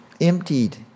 emptied